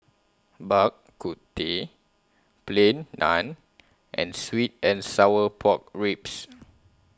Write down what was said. Bak Kut Teh Plain Naan and Sweet and Sour Pork Ribs